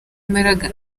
imbaraga